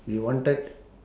you wanted